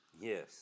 Yes